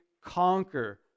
conquer